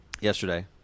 Yesterday